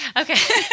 Okay